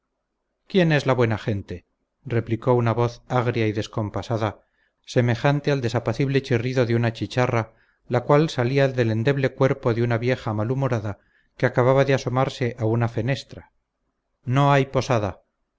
quién es la buena gente replicó una voz agria y descompasada semejante al desapacible chirrido de una chicharra la cual salía del endeble cuerpo de una vieja malhumorada que acababa de asomarse a una fenestra no hay posada